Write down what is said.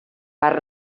per